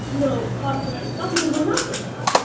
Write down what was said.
you know, toxic itself because we're not the same.